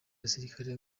basirikare